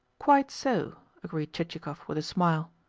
quite so, agreed chichikov with a smile.